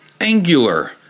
angular